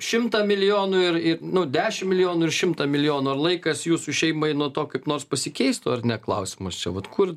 šimtą milijonų ir ir nu dešimt milijonų ir šimtą milijonų ar laikas jūsų šeimai nuo to kaip nors pasikeistų ar ne klausimas čia vat kur